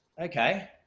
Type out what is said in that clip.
okay